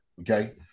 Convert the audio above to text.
okay